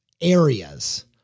areas